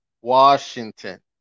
Washington